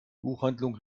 buchhandlung